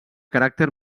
caràcter